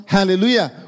Hallelujah